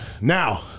Now